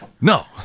No